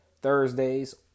Thursdays